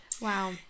wow